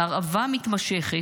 הרעבה מתמשכת,